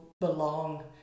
belong